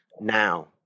now